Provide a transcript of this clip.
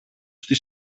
στη